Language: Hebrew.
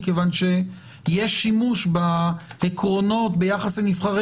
כיוון שיש שימוש בעקרונות ביחס לנבחרי